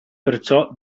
perciò